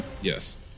Yes